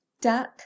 Duck